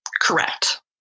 Correct